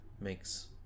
Makes